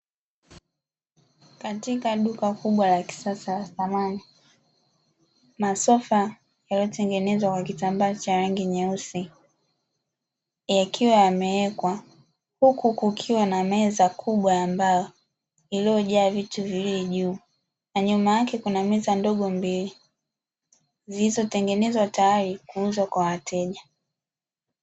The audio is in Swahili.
Katika duka kubwa la kisasa la samani masofa yaliyotengenezwa kwa kitambaa cha rangi nyeusi yakiwa yamewekwa, huku kukiwa na meza kubwa ya mbao iliyojaa viti viwili juu na nyuma yake kuna meza ndogo mbili, zilizotengenezwa tayari kuuzwa kwa wateja.